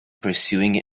pursuing